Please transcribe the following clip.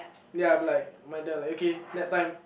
ya but like my dad like okay nap time